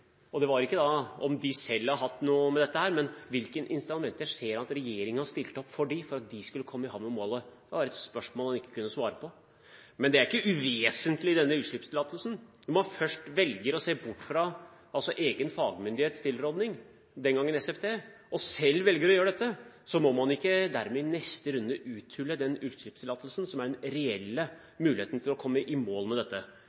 målet. Det var et spørsmål han ikke kunne svare på. Men det er ikke uvesentlig med denne utslippstillatelsen. Når man først velger å se bort fra egen fagmyndighets tilråding – den gangen SFT – og selv velger å gjøre dette, må man ikke dermed i neste runde uthule den utslippstillatelsen som er den reelle muligheten til å komme i mål med dette.